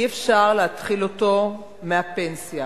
אי-אפשר להתחיל אותו מהפנסיה.